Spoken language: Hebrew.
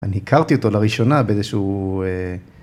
‫אני הכרתי אותו לראשונה באיזשהו...